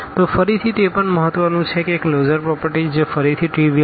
તો ફરીથી તે પણ મહત્વનું છે કે કલોઝર પ્રોપરટીઝ જે ફરીથી ટ્રીવીઅલ છે